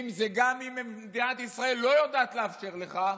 זה אם מדינת ישראל לא יודעת לאפשר לך,